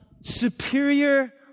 superior